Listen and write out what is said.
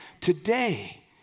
Today